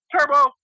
Turbo